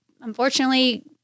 unfortunately